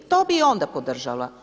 I to bih i onda podržala.